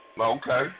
Okay